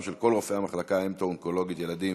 של כל רופאי המחלקה ההמטו-אונקולוגית ילדים